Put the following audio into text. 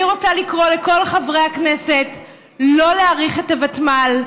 אני רוצה לקרוא לכל חברי הכנסת שלא להאריך את הוותמ"ל,